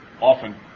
often